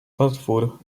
otwór